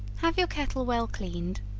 have your kettle well cleaned,